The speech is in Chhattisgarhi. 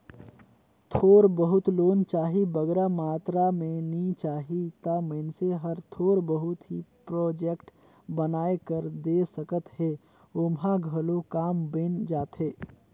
थोर बहुत लोन चाही बगरा मातरा में नी चाही ता मइनसे हर थोर बहुत ही प्रोजेक्ट बनाए कर दे सकत हे ओम्हां घलो काम बइन जाथे